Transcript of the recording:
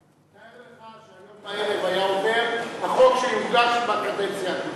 תאר לך שהיום בערב היה עובר החוק שהוגש בקדנציה הקודמת.